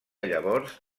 llavors